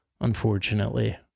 unfortunately